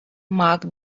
mark